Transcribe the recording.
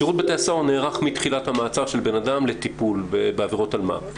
שירות בתי הסוהר נערך מתחילת המעצר של בנאדם לטיפול בעבירות אלמ"ב.